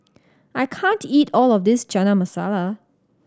I can't eat all of this Chana Masala